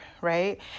right